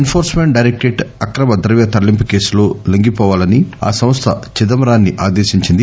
ఎన్ ఫోర్స్మెంట్ directorate అక్రమ ద్రవ్య తరలింపు కేసులో లొంగిపోవాలని ఆ సంస్థ చిదంబరాన్ని ఆదేశించింది